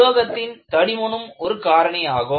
உலோகத்தின் தடிமனும் ஒரு காரணியாகும்